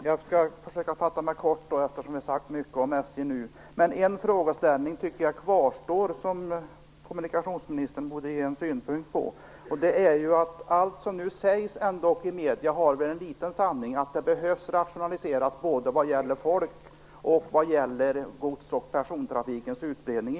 Herr talman! Jag skall försöka fatta mig kort eftersom det har sagts mycket om SJ. Jag tycker att det kvarstår en frågeställning som kommunikationsministern borde ge sin synpunkt på. I allt det som nu sägs i medierna finns väl ändock en liten sanning, nämligen att det behövs rationaliseras inom SJ vad gäller både folk och gods och persontrafikens utbredning.